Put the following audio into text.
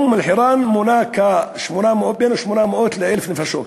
אום-אלחיראן מונה בין 800 ל-1,000 נפשות,